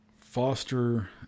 foster